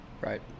right